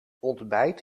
ontbijt